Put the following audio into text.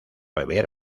beber